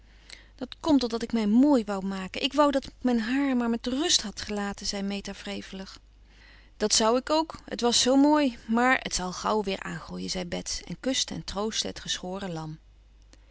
dat komt omdat ik mij mooi wou maken ik wou dat ik mijn haar maar met rust had gelaten zei meta wrevelig dat wou ik ook het was zoo mooi maar het zal wel gauw weer aangroeien zei bets en kuste en troostte het geschoren lam